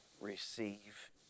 Receive